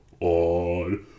on